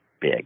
big